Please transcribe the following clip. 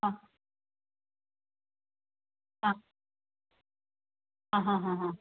ആ ആ ആ ഹാ ഹാ ഹാ